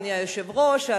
אדוני היושב-ראש,